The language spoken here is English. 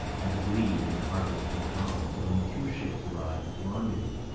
as agreed, in the harbour of st john's, only two ships arrived at the rendezvous.